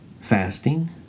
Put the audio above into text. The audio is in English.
fasting